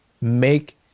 make